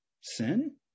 Sin